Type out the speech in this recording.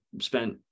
spent